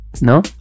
No